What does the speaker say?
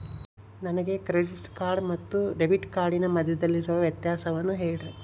ನನಗೆ credit card ಮತ್ತು debit ಕಾರ್ಡಿನ ಮಧ್ಯದಲ್ಲಿರುವ ವ್ಯತ್ಯಾಸವನ್ನು ಹೇಳ್ರಿ?